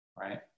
right